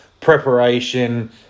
preparation